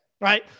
right